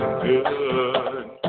good